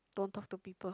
don't talk to people